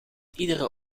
iedere